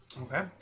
Okay